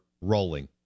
rolling